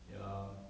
ya